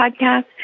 podcast